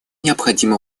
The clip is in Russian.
необходимо